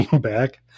back